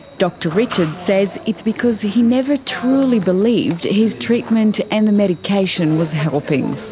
dr richard says it's because he never truly believed his treatment and the medication was helping.